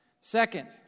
Second